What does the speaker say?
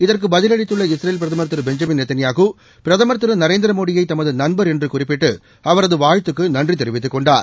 இதற்கு பதிலளித்துள்ள இஸ்ரேல் பிரதமர் பென்ஜமின் நேதன்யாகு பிரதமர் திரு நரேந்திர மோடியை தம்து நண்பர் என்று குறிப்பிட்டு அவரது வாழ்த்துக்கு நன்றி தெரிவித்து கொண்டார்